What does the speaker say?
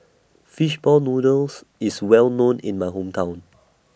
Fishball Noodles IS Well known in My Hometown